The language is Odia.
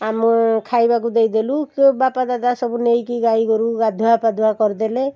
ଆମ ଖାଇବାକୁ ଦେଇ ଦେଲୁ କି ବାପା ଦାଦା ସବୁ ନେଇକି ଗାଈ ଗୋରୁ ଗାଧୁଆ ପାଧୁଆ କରିଦେଲେ